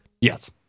Yes